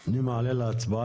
נלחם,